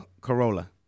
Corolla